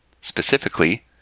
specifically